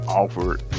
offered